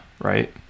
right